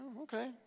okay